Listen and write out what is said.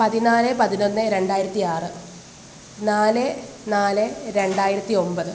പതിനാല് പതിനൊന്ന് രണ്ടായിരത്തി ആറ് നാല് നാല് രണ്ടായിരത്തി ഒൻപത്